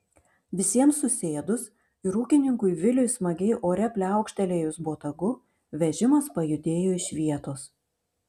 visiems susėdus ir ūkininkui viliui smagiai ore pliaukštelėjus botagu vežimas pajudėjo iš vietos